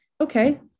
okay